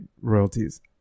royalties